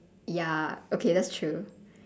ya okay that's true